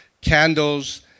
candles